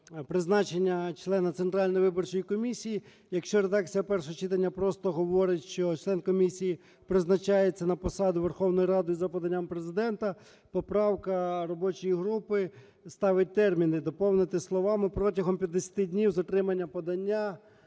призначення члена Центральної виборчої комісії. Якщо редакція першого читання просто говорить, що член комісії призначається на посаду Верховною Радою за поданням Президента, поправка робочої групи ставить терміни доповнити словами "протягом 50 днів з отримання подання".